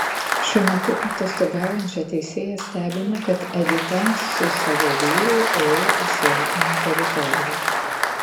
šiuo metu atostogaujančią teisėją stebina kad edita su savo vyru ėjo į svetimą teritoriją